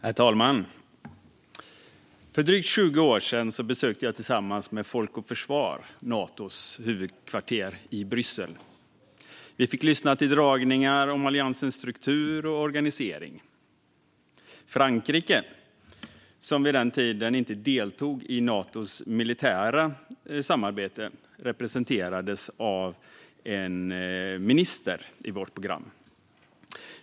Herr talman! För drygt 20 år sedan besökte jag tillsammans med Folk och Försvar Natos huvudkvarter i Bryssel. Vi fick lyssna till dragningar om alliansens struktur och organisering. Frankrike, som vid den tiden inte deltog i Natos militära samarbete, representerades i vårt program av en minister.